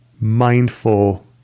mindful